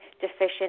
deficient